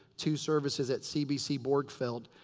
two services at cbc borgfeld.